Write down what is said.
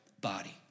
body